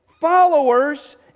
followers